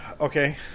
okay